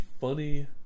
funny